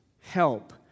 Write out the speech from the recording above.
help